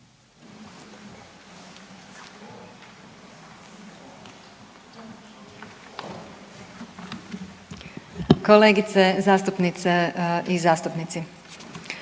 Poštovane zastupnice i zastupnici.